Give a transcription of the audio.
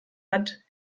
hat